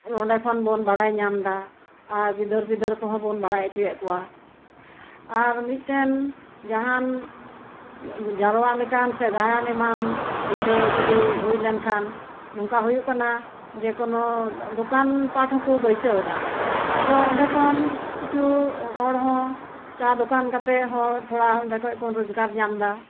ᱱᱚᱰᱮ ᱠᱷᱚᱱ ᱵᱚᱱ ᱵᱟᱲᱟᱭ ᱧᱟᱢ ᱫᱟ ᱟᱨ ᱜᱤᱫᱟᱹᱨ ᱯᱤᱫᱟᱹᱨ ᱠᱚᱦᱚᱸ ᱵᱚᱱ ᱵᱟᱲᱟᱭ ᱪᱚᱭᱮᱜ ᱠᱚᱣᱟ ᱟᱨ ᱢᱤᱜᱴᱮᱱ ᱡᱟᱦᱟᱸᱱ ᱡᱟᱨᱣᱟᱜ ᱞᱮᱠᱟᱱ ᱥᱮ ᱜᱟᱭᱟᱱ ᱮᱢᱟᱱ ᱧᱤᱫᱟᱹ ᱡᱩᱫᱤ ᱦᱩᱭ ᱞᱮᱱᱠᱷᱟᱱ ᱱᱚᱝᱠᱟ ᱦᱩᱭᱩᱜ ᱠᱟᱱᱟ ᱡᱮᱠᱳᱱᱳ ᱫᱚᱠᱟᱱ ᱯᱟᱴᱷ ᱦᱚᱸᱠᱚ ᱵᱟᱹᱭᱥᱟᱹᱣ ᱫᱟ ᱟᱫᱚ ᱚᱸᱰᱮ ᱠᱷᱚᱱ ᱠᱤᱪᱷᱩ ᱦᱚᱲ ᱦᱚᱸ ᱪᱟ ᱫᱚᱠᱟᱱ ᱠᱟᱛᱮᱜ ᱦᱚᱸ ᱛᱷᱚᱲᱟ ᱚᱸᱰᱮ ᱠᱷᱚᱡ ᱠᱚ ᱨᱚᱡᱽᱜᱟᱨ ᱧᱟᱢ ᱫᱟ